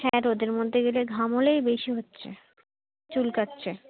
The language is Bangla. হ্যাঁ রোদের মধ্যে গেলে ঘাম হলেই বেশি হচ্ছে চুলকাচ্ছে